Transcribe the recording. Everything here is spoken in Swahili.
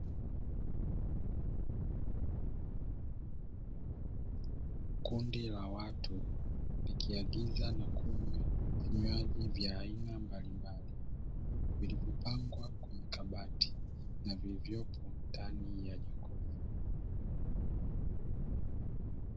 Kundi la watu likiagiza na kunywa vinjwayi vya aina mbalimbali, vilivyopangwa kwenye kabati na vilivyopo ndani ya jokofu.